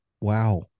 wow